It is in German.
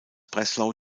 breslau